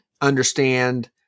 understand